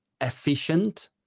efficient